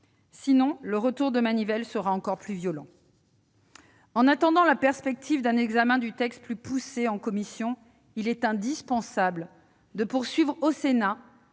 défaut, le retour de manivelle sera encore plus violent. En attendant un examen du texte plus poussé en commission, il est indispensable de poursuivre au Sénat